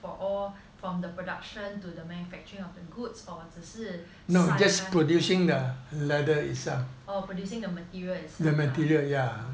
from the production to the manufacturing of the goods or 只是晒干 oo producing the material itself